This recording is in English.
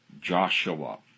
Joshua